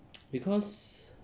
because